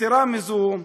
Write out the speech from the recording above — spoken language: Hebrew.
יתרה מזאת,